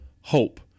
hope